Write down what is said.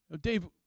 Dave